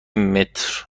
متر